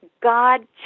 God